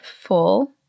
full